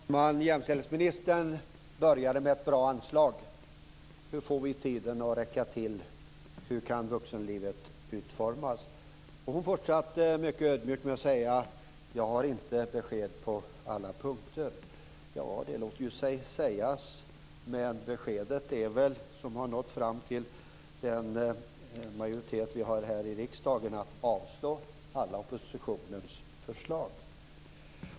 Herr talman! Jämställdhetsministern började med ett bra anslag: Hur får vi tiden att räcka till? Hur kan vuxenlivet utformas? Hon fortsatte mycket ödmjukt med att säga: Jag har inte besked på alla punkter. Ja, det låter ju sig sägas, men beskedet som har nått fram till majoriteten här i riksdagen är väl att man avslår alla oppositionens förslag.